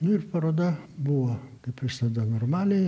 nu ir paroda buvo kaip visada normaliai